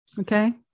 Okay